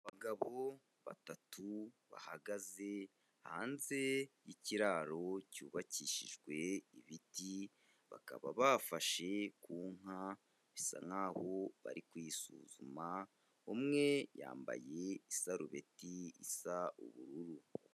Abagabo batatu bahagaze hanze y'ikiraro cyubakishijwe ibiti, bakaba bafashe ku nka bisa nk'aho bari kuyisuzuma umwe yambaye isarubeti isa ubururu.